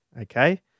Okay